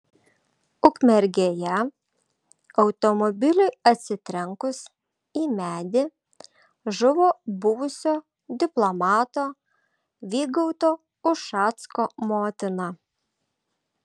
ukmergėje automobiliui atsitrenkus į medį žuvo buvusio diplomato vygaudo ušacko motina